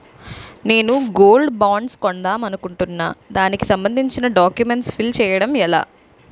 నేను gold bonds కొందాం అనుకుంటున్నా దానికి సంబందించిన డాక్యుమెంట్స్ ఫిల్ చేయడం ఎలా?